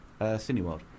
Cineworld